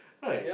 right